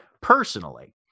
personally